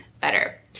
better